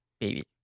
baby